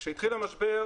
כשהחל המשבר